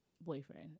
boyfriend